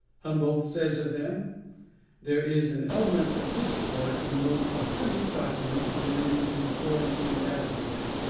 humboldt says of them there is an element of discord in the most authentic documents relating to the florentine navigator.